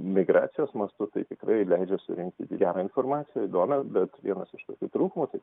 migracijos mastu tai tikrai leidžia surinkti gerą informaciją įdomią bet vienas iš tokių trūkumų tai